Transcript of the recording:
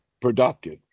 productive